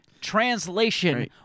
translation